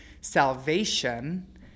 salvation